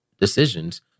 decisions